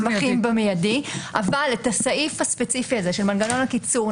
במיידי אבל את הסעיף הספציפי הזה של מנגנון הקיצור,